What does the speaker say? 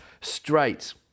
straight